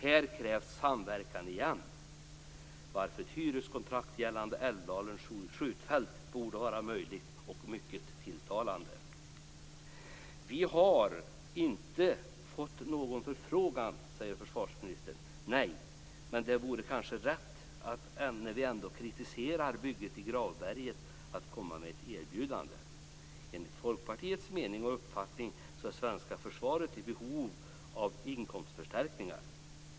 Här krävs samverkan igen, varför ett hyreskontrakt gällande Älvdalens skjutfält borde vara möjligt och mycket tilltalande. Vi har inte fått någon förfrågan, säger försvarsministern. Nej, men det vore kanske rätt, när vi ändå kritiserar bygget i Gravberget, att komma med ett erbjudande. Enligt Folkpartiets mening och uppfattning är det svenska försvaret i behov av inkomstförstärkningar.